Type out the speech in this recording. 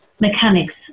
mechanics